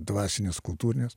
dvasines kultūrines